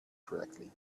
correctly